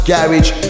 Garage